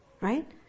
right